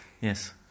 Yes